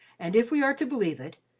and if we are to believe it,